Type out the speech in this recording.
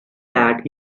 that